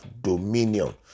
dominion